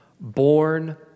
born